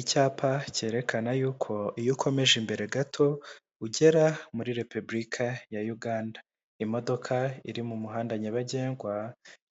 Icyapa cyerekana yuko iyo ukomeje imbere gato ugera muri Repebulika ya Uganda. Imodoka iri mu muhanda nyabagendwa,